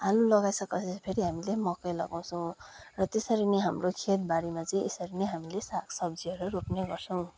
आलु लगाइसकेपछि फेरि हामीले मकै लगाउछौँ र त्यसरी नै हामीले खेत बारीमा चाहिँ यसरी नै हामीले साग सब्जीहरू रोप्ने गर्छौँ